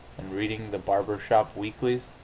and reading the barber-shop weeklies.